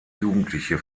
jugendliche